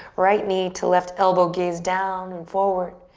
right knee to left elbow, gaze down and forward.